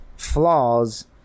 flaws